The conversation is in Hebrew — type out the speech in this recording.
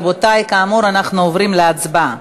רבותי, כאמור, אנחנו עוברים להצבעה.